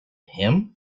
him